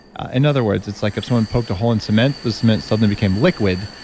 and other words, it's like if someone poked a hole in cement, the cement suddenly became liquid,